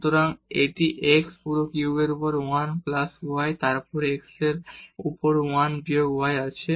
সুতরাং এটি x পুরো কিউবের উপর 1 প্লাস y এবং তারপর x এর উপর 1 বিয়োগ y আছে